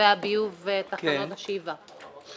קווי הביוב ותחנות השאיבה.